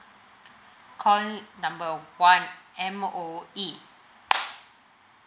call number one M_O_E